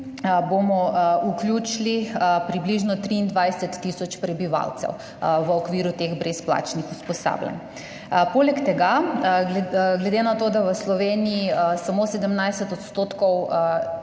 bomo vključili približno 23 tisoč prebivalcev v okviru teh brezplačnih usposabljanj. Poleg tega, glede na to, da je v Sloveniji v sektorju